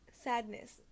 sadness